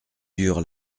dure